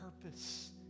purpose